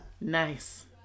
Nice